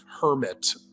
hermit